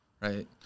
right